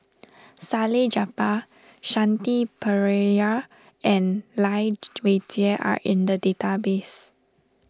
Salleh Japar Shanti Pereira and Lai Weijie are in the database